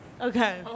Okay